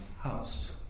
House